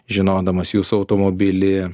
žinodamas jūsų automobilį